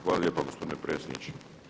Hvala lijepo gospodine predsjedniče.